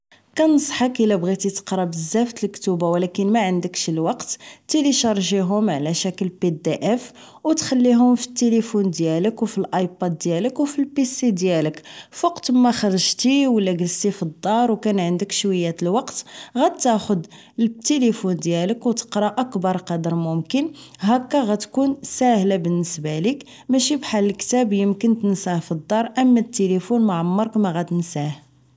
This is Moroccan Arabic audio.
كنصحك الا بغيتي تقرا بزاف الكتوبة و لكن معندكش الوقت بزاف تليشارجيهم على شكل ب د ف و تخليهم فالتلفون ديالك و فايباد ديالك و لا فالبيسي ديالك فوقتما خرجتي ولا كلستي فالدار و عندك شوية الوقت غتاخد التلفون ديالك وتقرا اكبر قدر ممكن هكا غتكون ساهلة بالنسبة ليك ماشي بحال الكتاب يمكن تنساه فالدار اما التلفون عمرك مغاتنساه